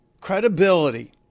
credibility